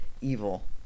evil